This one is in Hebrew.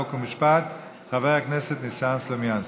חוק ומשפט חבר הכנסת ניסן סלומינסקי,